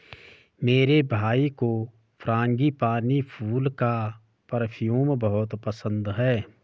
मेरे भाई को फ्रांगीपानी फूल का परफ्यूम बहुत पसंद है